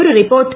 ഒരു റിപ്പോർട്ട്